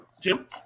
Jim